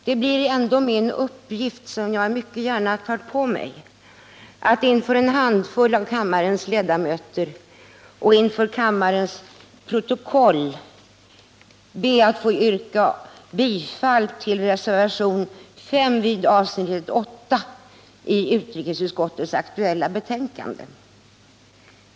Det är ändå min uppgift — och jag tar mycket gärna på mig den att inför en handfull av kammarens ledamöter och till kammarens protokoll yrka bifall till reservationen 5 vid avsnittet 8 i utrikesutskottets aktuella betänkande.